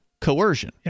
coercion